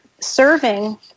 serving